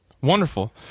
Wonderful